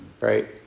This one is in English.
Right